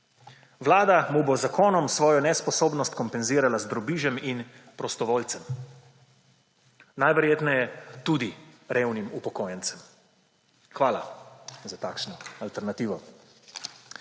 Vlada mu bo z zakonom svojo nesposobnost kompenzirala z drobižem in prostovoljcem. Najverjetneje tudi revnim upokojencem. Hvala za takšno alternativo.